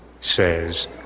says